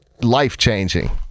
life-changing